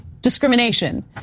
discrimination